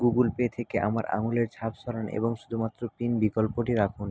Google Pay থেকে আমার আঙুলের ছাপ সরান এবং শুধুমাত্র পিন বিকল্পটি রাখুন